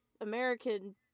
American